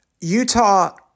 Utah